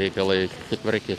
reikalai sutvarky